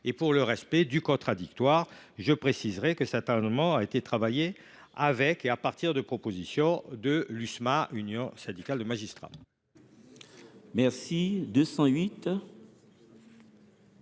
défendre le respect du contradictoire. Je précise que cet amendement a été travaillé à partir des propositions de l’Union syndicale des magistrats